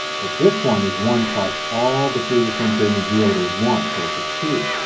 but this one is one plus all the previous ones greater than zero there's one so it's a two.